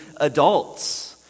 adults